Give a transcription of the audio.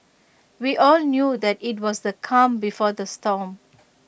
we all knew that IT was the calm before the storm